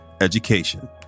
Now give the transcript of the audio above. education